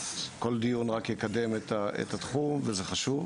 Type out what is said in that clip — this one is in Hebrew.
כל דיון רק יקדם את התחום וזה חשוב.